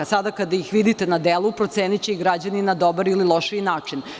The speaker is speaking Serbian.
Sada kada ih vidite na delu, proceniće i građani na dobar ili loš način.